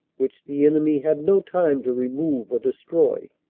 which the enemy had no time to remove or destroy.